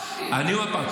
לכן אמרתי.